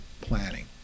planning